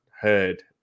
heard